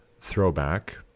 throwback